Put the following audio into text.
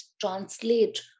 translate